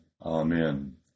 Amen